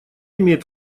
имеет